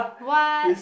what